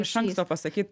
iš anksto pasakyt